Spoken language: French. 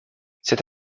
cette